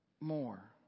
more